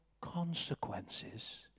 consequences